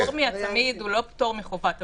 הפטור מהצמיד הוא לא פטור מחובת הבידוד.